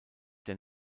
der